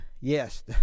yes